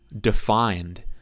defined